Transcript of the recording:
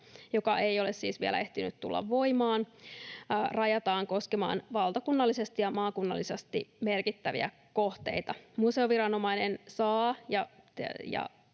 joka ei ole siis vielä ehtinyt tulla voimaan, rajataan koskemaan valtakunnallisesti ja maakunnallisesti merkittäviä kohteita. Museoviranomainen saa